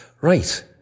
Right